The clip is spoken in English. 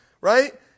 right